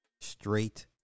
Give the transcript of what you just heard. straight